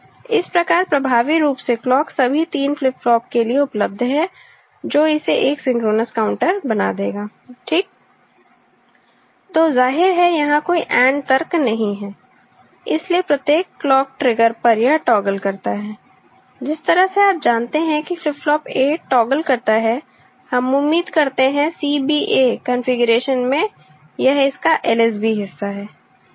इस प्रकार प्रभावी रूप से क्लॉक सभी तीन फ्लिप फ्लॉप के लिए उपलब्ध है जो इसे एक सिंक्रोनस काउंटर बना देगा ठीक तो ज़ाहिर है यहाँ कोई AND तर्क नहीं है इसलिए प्रत्येक क्लॉक ट्रिगर पर यह टॉगल करता है जिस तरह से आप जानते हैं कि फ्लिप फ्लॉप A टॉगल करता है हम उम्मीद करते हैं CBA कॉन्फ़िगरेशन में यह इसका LSB हिस्सा है